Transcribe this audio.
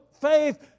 faith